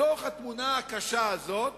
בתוך התמונה הקשה הזאת